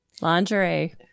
Lingerie